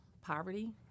Poverty